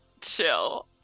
chill